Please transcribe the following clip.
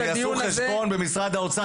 אם הם יעשו חשבון במשרד האוצר,